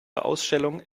ausstellung